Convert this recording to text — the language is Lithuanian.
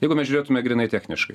jeigu mes žiūrėtume grynai techniškai